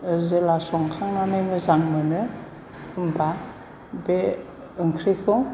जेब्ला संखांनानै मोजां मोनो होनबा बे ओंख्रिखौ